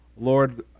Lord